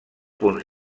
punts